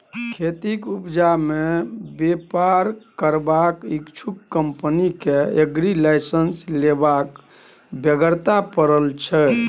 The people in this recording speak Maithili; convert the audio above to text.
खेतीक उपजा मे बेपार करबाक इच्छुक कंपनी केँ एग्री लाइसेंस लेबाक बेगरता परय छै